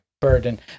burden